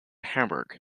hamburg